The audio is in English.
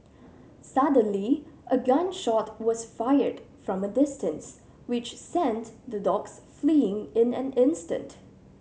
suddenly a gun shot was fired from distance which sent the dogs fleeing in an instant